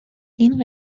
این